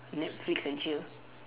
netflix and chill